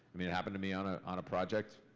i mean it happened to me on ah on a project